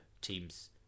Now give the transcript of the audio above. teams